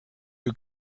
you